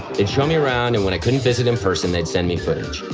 they'd show me around, and when i couldn't visit in person they'd send me footage.